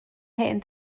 hen